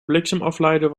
bliksemafleider